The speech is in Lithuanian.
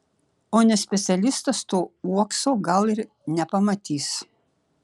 o ne specialistas to uokso gal ir nepamatys